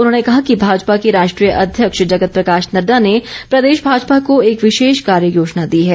उन्होंने कहा कि भाजपा के राष्ट्रीय अध्यक्ष जगत प्रकाश नडडा ने प्रदेश भाजपा को एक विशेष कार्य योजना दी है